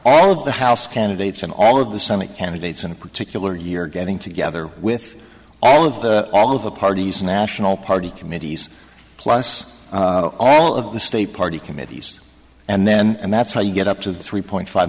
all of the house candidates and all of the senate candidates in a particular year getting together with all of the all of the party's national party committees plus all of the state party committees and then and that's how you get up to three point five